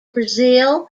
brazil